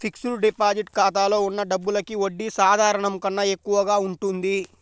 fixed deposit ఖాతాలో ఉన్న డబ్బులకి వడ్డీ సాధారణం కన్నా ఎక్కువగా ఉంటుంది